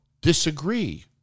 disagree